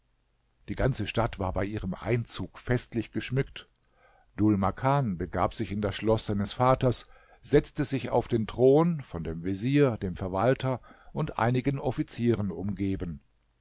die ganze stadt war bei ihrem einzug festlich geschmückt dhul makan begab sich in das schloß seines vaters setzte sich auf den thron von dem vezier dem verwalter und einigen offizieren umgeben